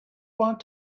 want